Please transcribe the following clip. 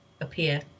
appear